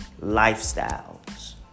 lifestyles